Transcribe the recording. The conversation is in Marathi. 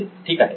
नितीन ठीक आहे